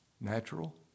natural